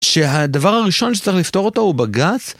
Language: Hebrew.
שהדבר הראשון שצריך לפתור אותו הוא בגז?